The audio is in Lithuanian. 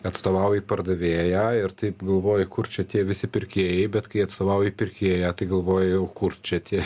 atstovauji pardavėją ir taip galvoji kur čia tie visi pirkėjai bet kai atstovauji pirkėją tai galvoji o kur čia tie